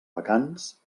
vacants